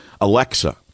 Alexa